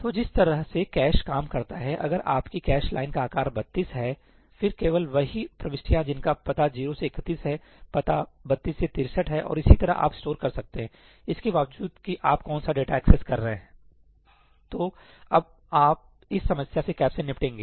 तो जिस तरह से कैश काम करता है अगर आपकी कैश लाइन का आकार 32 है फिर केवल वही प्रविष्टियाँ जिनका पता 0 से 31 है पता 32 से 63 और इसी तरह आप स्टोर कर सकते हैं इसके बावजूद कि आप कौन सा डेटा एक्सेस कर रहे हैं तो अब आप इस समस्या से कैसे निपटेंगे